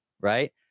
Right